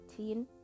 18